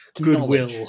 Goodwill